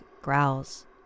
growls